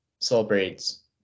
celebrates